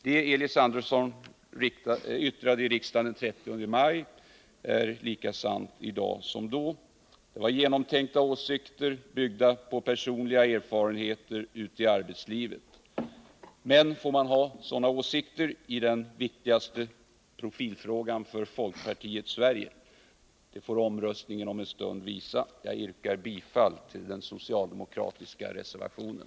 Det som Elis Andersson yttrade i riksdagen den 30 maj är lika sant i dag som då. Det var genomtänkta åsikter, byggda på personliga erfarenheter av arbetslivet. Men får man ha sådana åsikter i den för folkpartiets Sverige viktigaste profilfrågan? Det får omröstningen om en stund visa. Jag yrkar bifall till den socialdemokratiska reservationen.